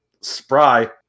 spry